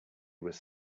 was